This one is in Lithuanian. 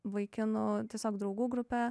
vaikinu tiesiog draugų grupe